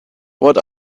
what